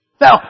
Now